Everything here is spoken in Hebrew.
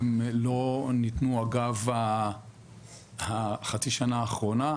הן לא ניתנו אגב חצי השנה האחרונה.